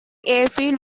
airfield